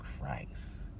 Christ